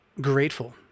grateful